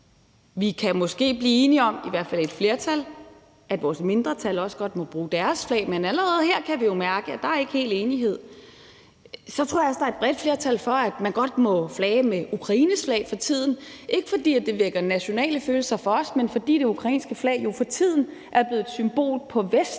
Vi kan måske blive enige om – i hvert fald et flertal – at vores mindretal også godt må bruge deres flag, men allerede her kan vi jo mærke, at der ikke er helt enighed. Jeg tror så, at der er et bredt flertal for, at man godt må flage med Ukraines flag for tiden; ikke fordi det vækker nationale følelser hos os, men fordi det ukrainske flag jo for tiden er blevet et symbol på Vesten,